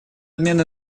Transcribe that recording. обмен